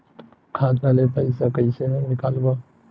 खाता ले पईसा कइसे निकालबो?